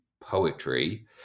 poetry